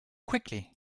quickly